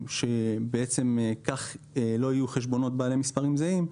שבעצם כך לא יהיו חשבונות בעלי מספרים זהים,